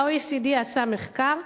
ה-OECD עשה מחקר,